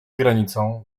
granicą